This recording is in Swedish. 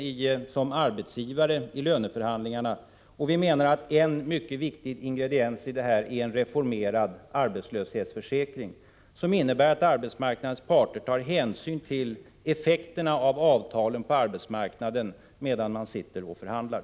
Vi menar också att en mycket viktig ingrediens är en reformerad arbetslöshetsförsäkring, som innebär att arbetsmarknadens parter tar hänsyn till effekterna av avtalen på arbetsmarknaden medan man ännu sitter i förhandlingar.